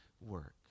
work